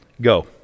Go